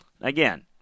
Again